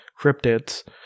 cryptids